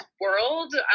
world